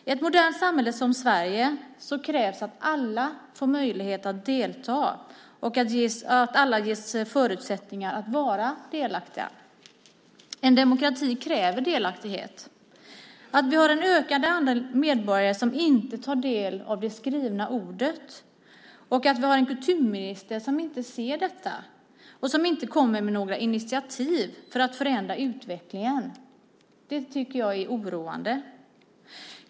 I ett modernt samhälle som Sverige krävs det att alla får möjlighet att delta och att alla ges förutsättningar att vara delaktiga. En demokrati kräver delaktighet. Att vi har en ökande andel medborgare som inte tar del av det skrivna ordet och att vi har en kulturminister som inte inser detta och som inte kommer med några initiativ för att förändra utvecklingen tycker jag är oroande.